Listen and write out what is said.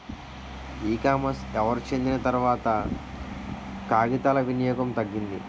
ఈ కామర్స్ ఎవరు చెందిన తర్వాత కాగితాల వినియోగం తగ్గింది